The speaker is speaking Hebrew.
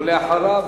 ואחריו,